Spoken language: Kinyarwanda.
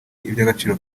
iby’agaciro